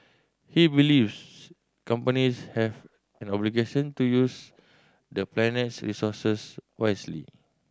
he believes companies have an obligation to use the planet's resources wisely